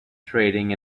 trading